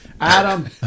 Adam